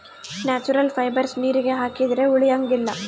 natural fibres ನೀರಿಗೆ ಹಾಕಿದ್ರೆ ಉಳಿಯಂಗಿಲ್ಲ